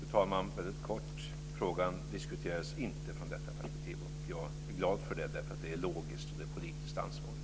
Fru talman! Jag ska svara väldigt kort. Frågan diskuterades inte från detta perspektiv. Jag är glad för det. Det är logiskt och politiskt ansvarigt.